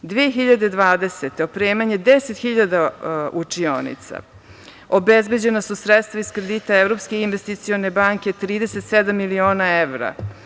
Godine 2020. opremanje 10.000 učionica, obezbeđena su sredstva iz kredita Evropske investicione banke od 37 miliona evra.